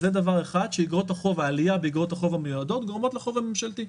זה דבר אחד שהעלייה באיגרות החוב המיועדות גורמות לחוב הממשלתי,